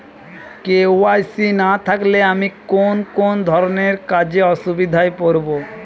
KYC না থাকলে আমি কোন কোন ধরনের কাজে অসুবিধায় পড়ব?